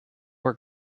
were